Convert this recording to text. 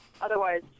otherwise